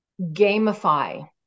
gamify